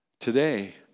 Today